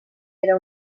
era